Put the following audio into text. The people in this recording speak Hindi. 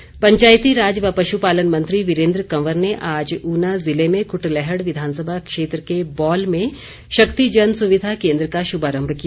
कंवर पंचायती राज व पशु पालन मंत्री वीरेंद्र कंवर ने आज ऊना जिले में कुटलैहड़ विधानसभा क्षेत्र के बौल में शक्ति जन सुविधा केंद्र का शुभारंभ किया